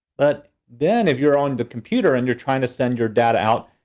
but then if you're on the computer and you're trying to send your data out,